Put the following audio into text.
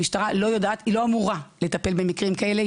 המשטרה לא אמורה לטפל במקרים כאלה,